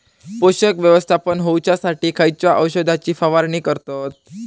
पोषक व्यवस्थापन होऊच्यासाठी खयच्या औषधाची फवारणी करतत?